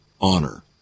honor